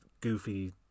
goofy